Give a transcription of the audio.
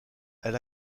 elle